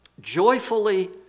joyfully